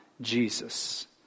Jesus